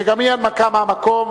שגם היא בהנמקה מהמקום.